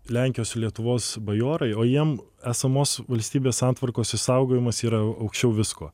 lenkijos ir lietuvos bajorai o jiem esamos valstybės santvarkos išsaugojimas yra aukščiau visko